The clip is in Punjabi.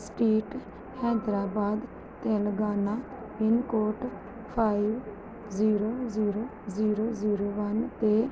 street Hyderabad Telangana pin code five zero zero zero zero one 'ਤੇ